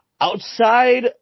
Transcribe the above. outside